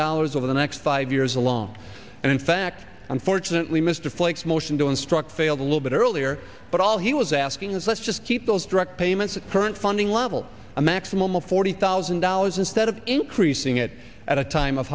dollars over the next five years along and in fact unfortunately mr flake's motion to instruct fails a little bit earlier but all he was asking is let's just keep those direct payments current funding level a maximum of forty thousand dollars instead of increasing it at a time of